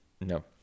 No